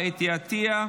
התרבות והספורט נתקבלה.